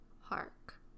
Hark